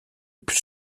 plus